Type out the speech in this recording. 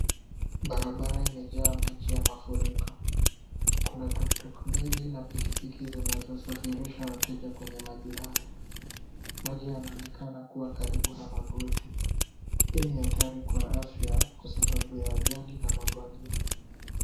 Barabara imejaa maji ya mafuriko. Kuna tuktuk mbili na pikipiki zinazosafirisha wateja kwenye maji hayo. Maji yanaonekana kuwa karibu na magoti. Hii ni hatari kwa afya kwa sababu ya ajali na magonjwa.